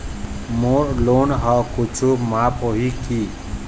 मोर loan हा कुछू माफ होही की?